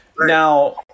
now